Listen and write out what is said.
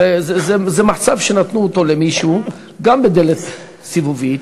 וזה מחצב שנתנו אותו למישהו, גם בדלת מסתובבת,